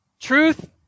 Truth